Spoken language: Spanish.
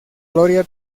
gloria